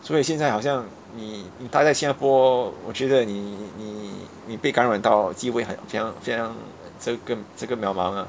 所以现在好像你你待在新加坡我觉得你你你被感染到机会很怎样怎样这个这个渺茫 ah